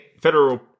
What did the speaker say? federal